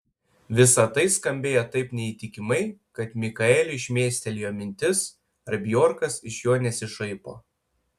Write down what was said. visa tai skambėjo taip neįtikimai kad mikaeliui šmėstelėjo mintis ar bjorkas iš jo nesišaipo